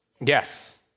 Yes